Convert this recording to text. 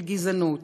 של גזענות.